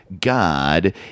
God